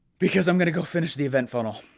because i'm gonna go finish the event funnel.